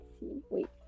Wait